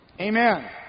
Amen